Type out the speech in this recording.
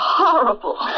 horrible